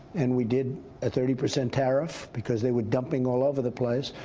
and we did a thirty percent tariff because they were dumping all over the place.